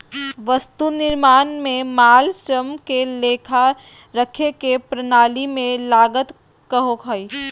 वस्तु निर्माण में माल, श्रम के लेखा रखे के प्रणाली के लागत कहो हइ